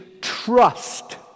trust